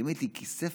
היא אומרת לי: כי ספר,